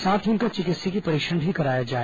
साथ ही उनका चिकित्सीय परीक्षण भी कराया जाए